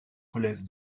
relèvent